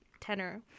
tenor